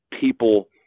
people